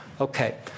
Okay